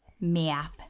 Math